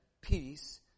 peace